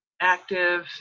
active